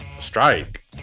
strike